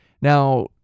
Now